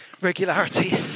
regularity